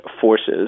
Forces